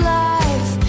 life